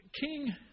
King